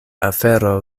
afero